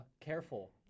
careful